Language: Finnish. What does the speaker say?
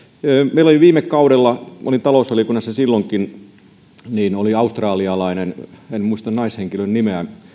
meillä oli viime kaudella minä olin talousvaliokunnassa silloinkin australialainen en muista naishenkilön nimeä hän